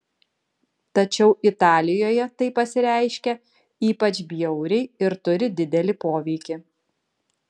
tačiau italijoje tai pasireiškia ypač bjauriai ir turi didelį poveikį